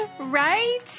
Right